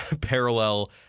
parallel